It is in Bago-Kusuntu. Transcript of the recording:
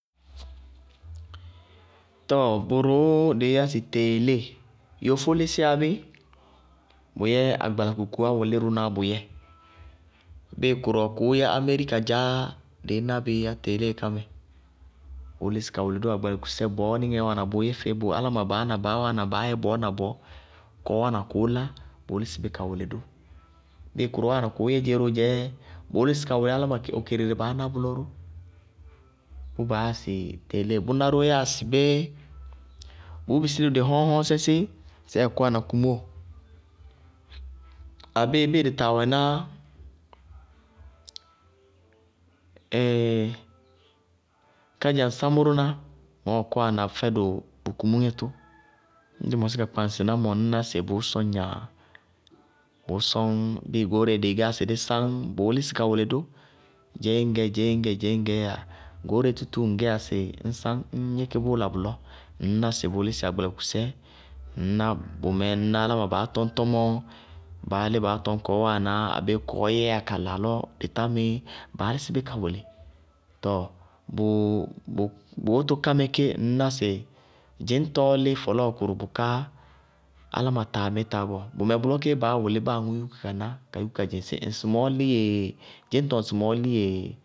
Tɔɔ bʋrʋʋ baá yá sɩ teelée, yofó lísíyá bí, bʋ yɛ agbalakukuwá wʋlírʋnáa bʋ yɛɛ, bíɩ kʋrʋwɛ kʋʋ yɛ amerika dzaá, dɩí ná bɩí yá teelée ká mɛ, bʋʋ lísɩ ka wʋlɩ dʋ agbalakukusɛ bɔɔ níŋɛɛ wáana bʋʋ yɛ feé, áláma baá na baá na baáá wáana baá yɛ bɔɔ na bɔɔ, kɔɔ na kɔɔɔ wáana kʋʋ lá, bʋʋ lísɩ ka wʋlɩ dʋ, bíɩ kɔɔ wáana kʋʋ yɛ dzé ró dzɛɛ, bʋʋ lísɩ ka wʋlɩ áláma okerere baá ná bʋlɔ ró, bʋʋ baá yá sɩ teelée, bʋná ró yáa sɩ bé, bʋʋ bisí dʋ dɩ hɔñŋhɔñŋsɛ sí sɛɛɛ kɔwana kumóo, abéé bíɩ dɩ taa wɛná ɛɛɛ kádzaŋsaámʋná ŋɔɔɔ kɔwana fɛ dʋ dɩ kumúŋɛ tʋ, ñŋ dɩ mɔsí ka kɩaŋsɩná mɔ, ŋñná sɩ bʋʋ sɔñ gnaaa, bʋʋ sɔñ ŋñ goóreé dɩɩ gɛyá sɩ dí sáñ, bʋʋ lísɩ ka wʋlɩ dʋ: dzeé ŋñgɛ dzeé ŋñgɛ dzeé ŋñfɛɛ yáa, goóreé tútúú ŋŋgɛyá sɩ ñ sáñ, ññ gníkí bʋʋ la bʋlɔ, ŋñná sɩ bʋʋ lísɩ agbalakukusɛ, ŋñná bʋmɛɛ aláma baá tɔñ tɔmɔɔ, baá lí baá tɔñ kɔɔ wáana, abéé kɔɔ yɛyá kala lɔ dɩ tá mɩí, baá lísɩ bí ka wʋlɩ. Tɔɔ bʋ wóto ká mɛ kéé ŋñná sɩ dzɩñtɔɔ lí fɔlɔɔkʋrʋ bʋká áláma taa mítáá bɔɔ, bʋmɛ bʋlɔ kéé baá wʋlí báa aŋʋʋ yúkú ka ná ka yúkú ka ná ka yúkú ka dzɩŋ sɩ ŋsɩmɔɔ lí yéé, dzɩñtɔ ŋsɩmɔɔ lí yéé.